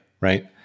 right